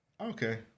Okay